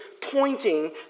pointing